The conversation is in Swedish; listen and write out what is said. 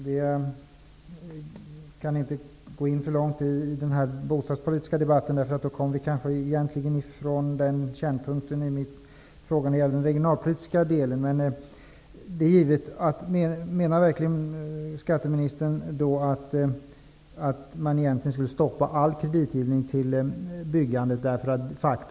Herr talman! Jag skall inte gå för långt in i den bostadpolitiska debatten. Då kommer vi ifrån kärnpunkten i frågan som gällde den regionalpolitiska delen. Menar verkligen skatteministern att man skulle stoppa all kreditgivning för byggande?